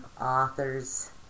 authors